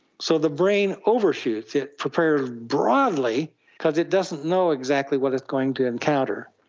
so the brain over-shoots, it prepares broadly because it doesn't know exactly what it's going to encounter.